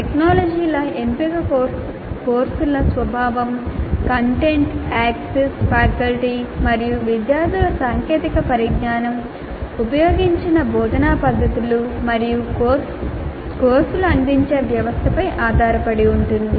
టెక్నాలజీల ఎంపిక కోర్సుల స్వభావం కంటెంట్ యాక్సెస్ ఫ్యాకల్టీ మరియు విద్యార్థుల సాంకేతిక పరిజ్ఞానం ఉపయోగించిన బోధనా పద్ధతులు మరియు కోర్సులు అందించే వ్యవస్థపై ఆధారపడి ఉంటుంది